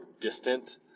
distant